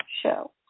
show